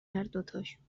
هردوتاشون